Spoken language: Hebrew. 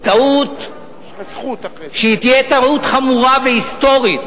טעות שתהיה טעות חמורה והיסטורית